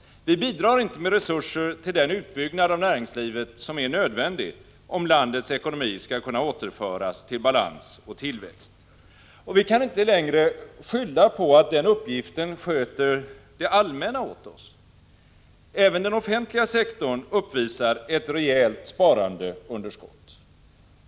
Vi bidrar inte med resurser till den utbyggnad av näringslivet som är nödvändig, om landets ekonomi skall kunna återföras till balans och tillväxt. Vi kan inte längre skylla på att det allmänna sköter den uppgiften åt oss. Även den offentliga sektorn uppvisar ett rejält sparandeunderskott.